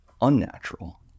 unnatural